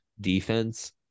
defense